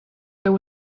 there